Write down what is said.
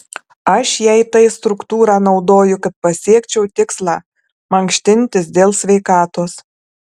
aš jei tai struktūrą naudoju kad pasiekčiau tikslą mankštintis dėl sveikatos